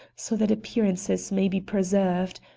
so that appearances may be preserved.